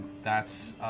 that's